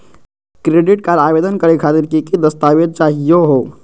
Credit card आवेदन करे खातिर की की दस्तावेज चाहीयो हो?